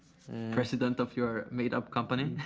president of your made up company.